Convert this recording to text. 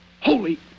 Holy